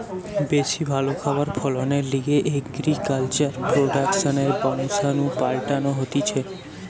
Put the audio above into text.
বেশি ভালো খাবার ফলনের লিগে এগ্রিকালচার প্রোডাক্টসের বংশাণু পাল্টানো হতিছে